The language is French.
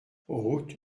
route